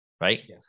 right